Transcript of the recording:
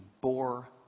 bore